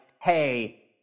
Hey